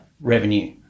revenue